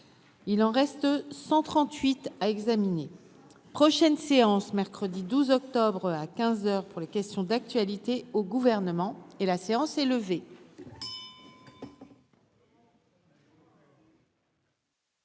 il en reste 138 à examiner prochaine séance mercredi 12 octobre à 15 heures pour les questions d'actualité au gouvernement et la séance est levée.